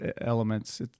elements